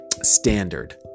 standard